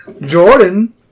Jordan